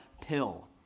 pill